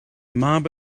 mab